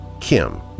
Kim